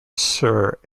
sur